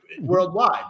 worldwide